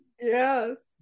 Yes